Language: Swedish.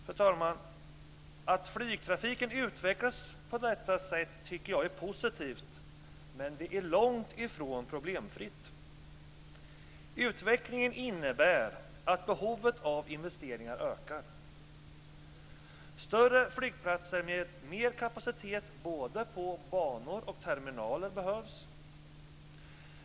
Fru talman! Att flygtrafiken utvecklas på detta sätt tycker jag är positivt, men det är långt ifrån problemfritt. Utvecklingen innebär att behovet av investeringar ökar. Större flygplatser med mer kapacitet både på banor och på terminaler behövs.